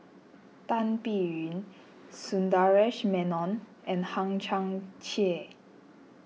Tan Biyun Sundaresh Menon and Hang Chang Chieh